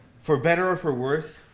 for better or for worse,